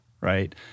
right